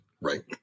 right